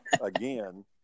again